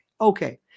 Okay